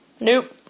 Nope